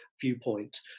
viewpoint